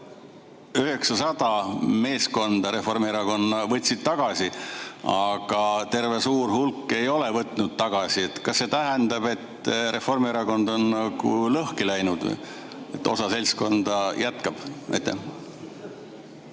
900 meeskonda Reformierakonnast võtsid tagasi, aga terve suur hulk ei ole võtnud tagasi. Kas see tähendab, et Reformierakond on lõhki läinud, sest osa seltskonda jätkab?